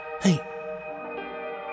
Hey